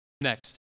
Next